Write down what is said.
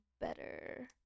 better